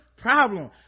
problem